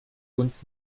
uns